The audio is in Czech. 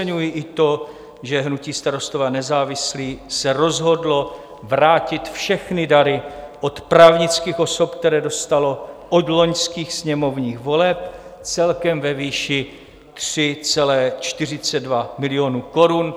Oceňuji i to, že hnutí Starostové a nezávislí se rozhodlo vrátit všechny dary od právnických osob, které dostalo od loňských sněmovních voleb, celkem ve výši 3,42 milionu korun.